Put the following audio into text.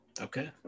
Okay